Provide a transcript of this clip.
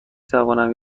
توانم